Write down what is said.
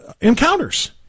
encounters